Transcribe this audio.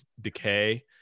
decay